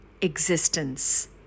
existence